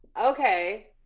Okay